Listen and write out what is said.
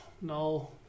No